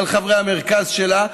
על חברי המרכז שלה,